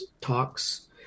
talks